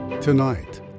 Tonight